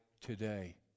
today